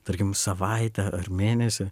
tarkim savaitę ar mėnesį